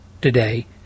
today